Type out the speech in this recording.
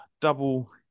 double